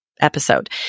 episode